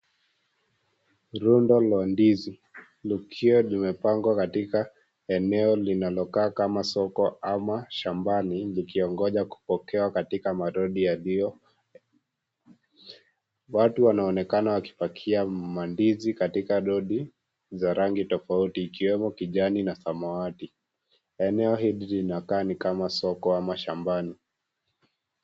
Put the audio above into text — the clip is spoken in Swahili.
Rundo la ndizi, likiwa limepangwa katika eneo linalokaa kama soko ama shambani, likiongoja kupokewa katika maroli yaliyo ,watu wanaonekana wakipakia mandizi katika lori za rangi tofauti ,ikiwemo kijani na samawati. Eneo hili linakaa ni kama soko ama shambani.